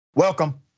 Welcome